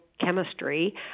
chemistry